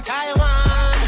Taiwan